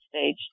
stage